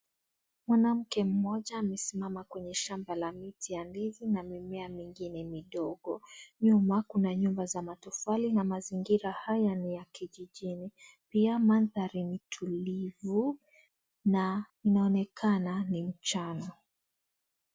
Mwanamke mmoja amesimama kwenye shamba la miti ya ndizi na mimea mengine midogo nyuma kuna nyumba ya matofali na mazingira haya ni ya Kijiji pia mandhari ni tulivu na inaonekana ni mchana.